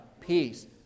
peace